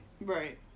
Right